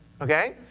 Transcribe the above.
okay